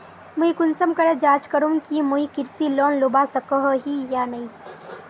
मुई कुंसम करे जाँच करूम की मुई कृषि लोन लुबा सकोहो ही या नी?